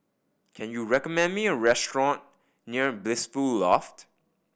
can you recommend me a restaurant near Blissful Loft